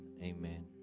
amen